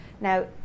Now